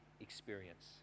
experience